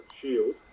Shield